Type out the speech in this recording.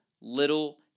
little